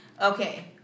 Okay